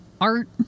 art